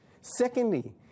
Secondly